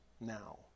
now